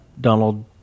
Donald